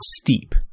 steep